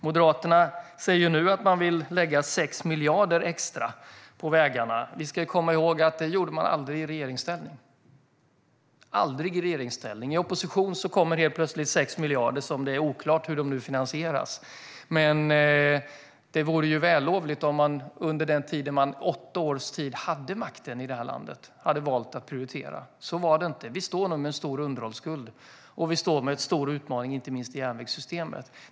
Moderaterna säger nu att de vill lägga 6 miljarder extra på vägarna. Vi ska komma ihåg att det gjorde de aldrig i regeringsställning. I opposition kommer helt plötsligt 6 miljarder; det är oklart hur det finansieras. Men det hade varit vällovligt om de hade valt att prioritera det under de åtta år de hade makten i det här landet. Det gjorde de inte. Vi står nu med en stor underhållsskuld. Och vi står med en stor utmaning, inte minst i järnvägssystemet.